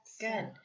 Good